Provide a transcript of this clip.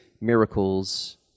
miracles